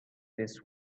this